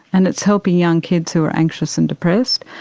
and it's helping young kids who are anxious and depressed,